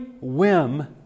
whim